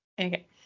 Okay